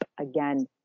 again